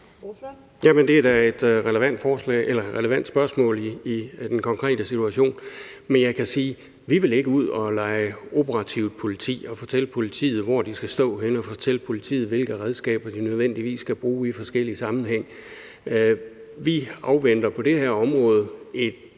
det er da et relevant spørgsmål i den konkrete situation. Men jeg kan sige, at vi ikke vil ud at lege operativt politi og fortælle politiet, hvor de skal stå henne, og fortælle politiet, hvilke redskaber de nødvendigvis skal bruge i forskellige sammenhænge. Vi afventer på det her område en